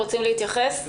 רוצים להתייחס?